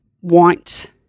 want